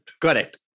Correct